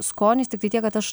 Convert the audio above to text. skonis tiktai tiek kad aš